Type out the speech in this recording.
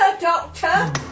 Doctor